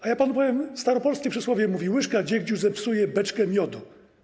A ja panu powiem, staropolskie przysłowie mówi: łyżka dziegciu zepsuje beczkę miodu.